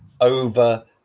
over